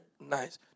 nice